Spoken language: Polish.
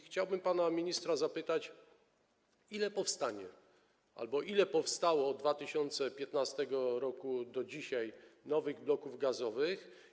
Chciałbym więc pana ministra zapytać: Ile powstanie albo ile powstało od 2015 r. do dzisiaj nowych bloków gazowych?